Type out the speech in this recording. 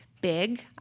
big